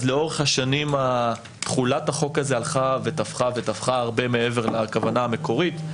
אז לאורך השנים תחולת החוק הזה הלכה ותפחה הרבה מעבר לכוונה המקורית.